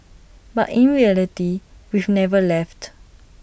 but in reality we've never left